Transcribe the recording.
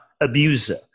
abuser